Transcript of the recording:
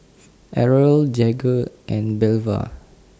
Errol Jagger and Belva